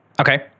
Okay